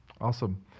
awesome